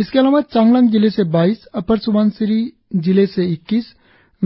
इसके अलावा चांगलांग जिले से बाईस अपर स्बनसिरी से इक्कीस